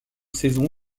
saison